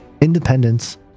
independence